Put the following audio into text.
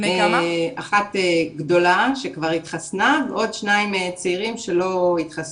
האחת גדולה שכבר התחסנה ועוד שניים צעירים שלא התחסנו.